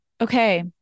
Okay